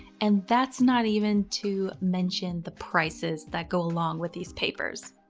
and that's not even to mention the prices that go along with these papers.